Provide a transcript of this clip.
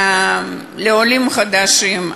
לעולים חדשים,